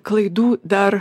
klaidų dar